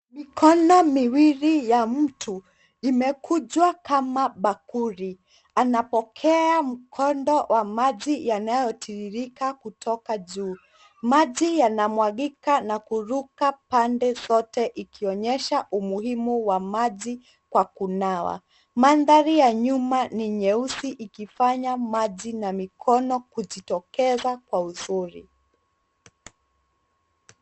Mikono miwili ya mtu imekunjwa kama bakuli. Anapokea mkondo wa maji yanayotiririka kutoka juu. Maji yanamwagika na kuruka pande zote yakionyesha umuhimu wa maji kwa kunawa. Mandhari ya nyuma ni nyeusi ikifanya maji na mikono kujitokeza kwa uzuri.